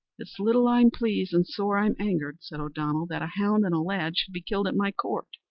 it's little i'm pleased, and sore i'm angered, said o'donnell, that a hound and a lad should be killed at my court.